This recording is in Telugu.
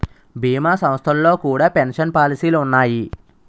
భీమా సంస్థల్లో కూడా పెన్షన్ పాలసీలు ఉన్నాయి